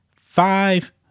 five